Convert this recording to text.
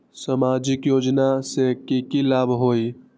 सामाजिक योजना से की की लाभ होई?